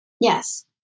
Yes